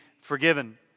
forgiven